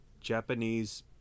Japanese